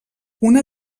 una